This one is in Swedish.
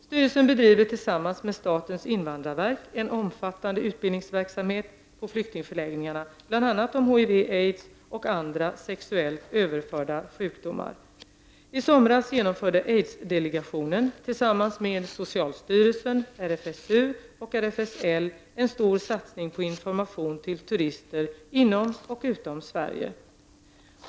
Styrelsen bedriver tillsammans med statens invandrarverk en omfattande utbildningsverksamhet på flyktingförläggningarna bl.a. om HIV/aids och andra sexuellt överförbara sjukdomar. I somras genomförde aidsdelegationen tillsammans med socialstyrelsen, RFSU och RFSL en stor satsning på information till turister inom och utom Sverige.